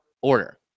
order